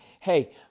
hey